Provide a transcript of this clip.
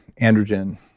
androgen